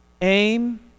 aim